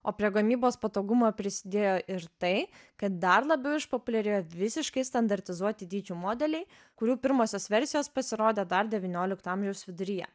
o prie gamybos patogumo prisidėjo ir tai kad dar labiau išpopuliarėjo visiškai standartizuoti dydžių modeliai kurių pirmosios versijos pasirodė dar devyniolikto amžiaus viduryje